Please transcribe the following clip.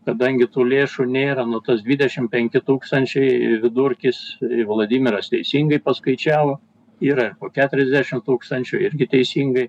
kadangi tų lėšų nėra nu tos dvidešim penki tūkstačiai vidurkis vladimiras teisingai paskaičiavo yra po keturiasdešim tūkstančių irgi teisingai